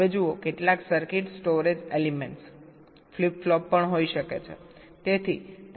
હવે જુઓ કેટલાક circuit storage elements flip flop પણ હોઈ શકે છે